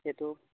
এইটো